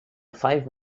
five